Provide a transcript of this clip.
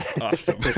Awesome